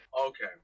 Okay